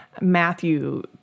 Matthew